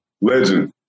Legend